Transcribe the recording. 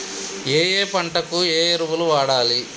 ఏయే పంటకు ఏ ఎరువులు వాడాలి?